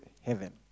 Heaven